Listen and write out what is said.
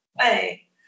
Hey